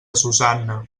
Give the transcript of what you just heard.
susanna